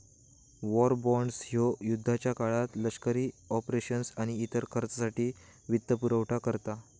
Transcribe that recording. war bonds ह्यो युद्धाच्या काळात लष्करी ऑपरेशन्स आणि इतर खर्चासाठी वित्तपुरवठा करता